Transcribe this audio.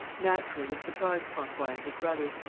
naturally this surprised francois and his brother.